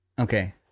Okay